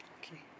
Okay